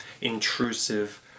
intrusive